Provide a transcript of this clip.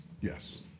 yes